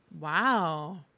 Wow